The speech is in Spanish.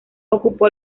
ocupó